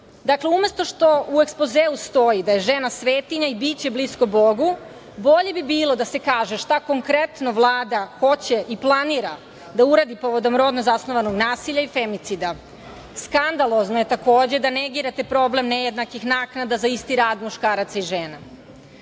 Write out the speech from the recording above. proći. Dakle, umesto što u ekspozeu stoji da je žena svetinja i biće blisko Bogu, bolje bi bilo da se kaže šta konkretno Vlada hoće i planira da uradi povodom rodno zasnovanog nasilja i femicida. Skandalozno je takođe da negirate problem nejednakih naknada za isti rad muškaraca i žena. Sada